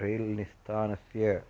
rail निस्थानस्य